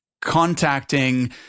contacting